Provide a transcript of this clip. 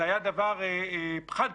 זה היה דבר חד-פעמי.